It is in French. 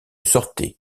sortait